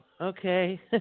okay